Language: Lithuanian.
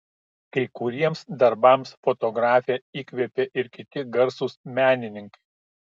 kai kuriems darbams fotografę įkvėpė ir kiti garsūs menininkai